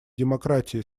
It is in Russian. демократии